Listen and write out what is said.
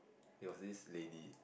it was this lady